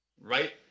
Right